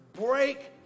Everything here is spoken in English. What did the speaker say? Break